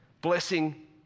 Blessing